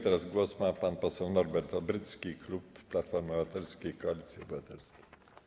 Teraz głos ma pan poseł Norbert Obrycki, klub Platformy Obywatelskiej - Koalicji Obywatelskiej.